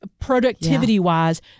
productivity-wise